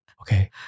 okay